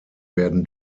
werden